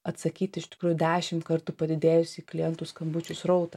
atsakyti iš tikrųjų dešimt kartų padidėjusį klientų skambučių srautą